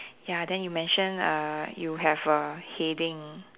ya then you mention err you have a heading